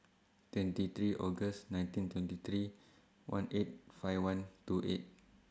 twenty three August nineteen twenty three one eight five one two eight